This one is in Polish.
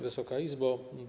Wysoka Izbo!